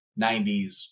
90s